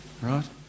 Right